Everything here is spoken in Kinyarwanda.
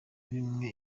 bimwe